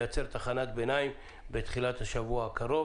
לייצר תחנת ביניים בתחילת השבוע הקרוב,